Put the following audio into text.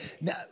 Now